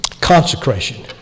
Consecration